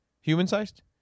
Human-sized